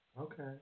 Okay